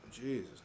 Jesus